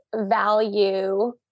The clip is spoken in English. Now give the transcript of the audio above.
value